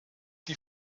die